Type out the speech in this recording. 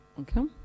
Okay